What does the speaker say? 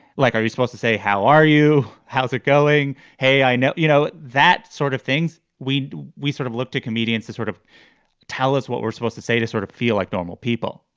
like, are you supposed to say, how are you? how's it going? hey, i know you know that sort of things. we. we sort of look to comedians to sort of tell us what we're supposed to say, to sort of feel like normal people